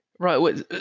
Right